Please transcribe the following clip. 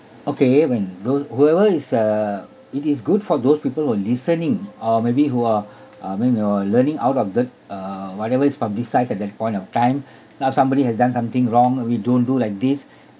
okay when those whoever is uh it is good for those people were listening or maybe who are I mean uh learning out of that uh whatever is publicised at that point of time now somebody has done something wrong uh we don't do like this